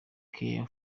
care